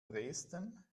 dresden